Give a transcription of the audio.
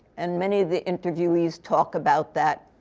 and many of the interviewees talk about that,